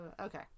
okay